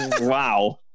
Wow